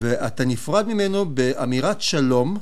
ואתה נפרד ממנו באמירת שלום.